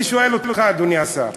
אני שואל אותך, אדוני השר,